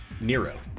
Nero